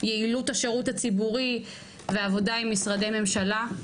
יעילות השירות הציבורי ועבודה עם משרדי ממשלה.